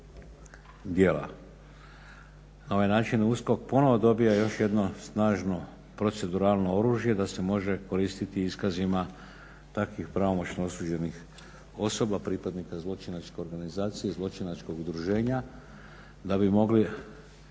djela. Na ovaj način USKOK ponovno dobiva još jedno snažno proceduralno oružje da se može koristiti iskazima takvih pravomoćno osuđenih osoba pripadnika zločinačke organizacije ili zločinačkog udruženja da bi mogao